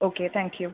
okay thank you